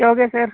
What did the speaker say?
क्या हो गया सर